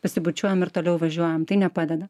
pasibučiuojam ir toliau važiuojam tai nepadeda